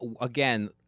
again